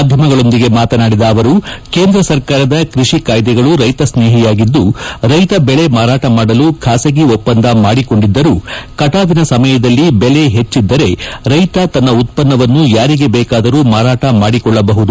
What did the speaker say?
ಮಾಧ್ಯಮಗಳೊಂದಿಗೆ ಮಾತನಾದಿದ ಅವರು ಕೇಂದ್ರ ಸರ್ಕಾರದ ಕೃಷಿ ಕಾಯ್ದೆಗಳು ರೈತ ಸ್ನೇಹಿಯಾಗಿದ್ದು ರೈತ ಬೆಳೆ ಮಾರಾಟ ಮಾಡಲು ಖಾಸಗಿ ಒಪ್ಪಂದ ಮಾಡಿಕೊಂಡಿದ್ದರೂ ಕಟಾವಿನ ಸಮಯದಲ್ಲಿ ಬೆಲೆ ಹೆಚ್ಚಿದ್ದರೆ ರೈತ ತನ್ನ ಉತ್ಪನ್ನವನ್ನು ಯಾರಿಗೆ ಬೇಕಾದರೂ ಮಾರಾಟ ಮಾಡಿಕೊಳ್ಳಬಹುದು